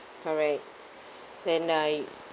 correct then like